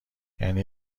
یعنی